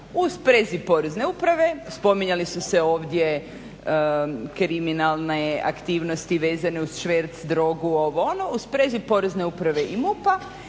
U sprezi Porezne uprave spominjali su se ovdje kriminalne aktivnosti vezane uz šverc, drogu ovo, ono u svezi Porezne uprave i MUP-a